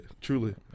truly